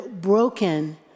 broken